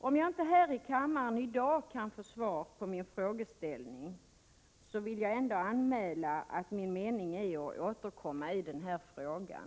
Om jag inte här i kammaren i dag kan få svar på min fråga, så vill jag ändå anmäla att min avsikt är att återkomma i den här saken.